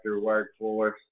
workforce